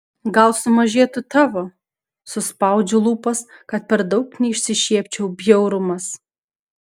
gal sumažėtų tavo suspaudžiu lūpas kad per daug neišsišiepčiau bjaurumas